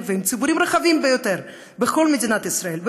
ועם ציבורים רחבים ביותר בכל מדינת ישראל,